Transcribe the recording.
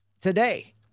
today